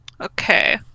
Okay